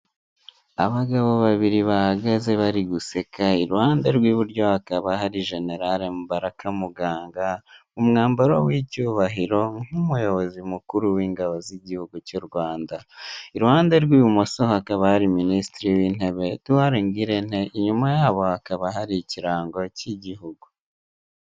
Abagabo babiri bahagaze bari guseka, iruhande rw'iburyo hakaba hari jenerare Mubaraka Muganga umwambaro w'icyubahiro nk'umuyobozi mukuru w'ingabo z'igihugu cy'Urwanda. Iruhande rw'ibumoso hakaba hari minisitiri w'intebe Edwauard Ngirente, inyuma yabo hakaba hari ikirango cy'igihugu.